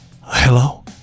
Hello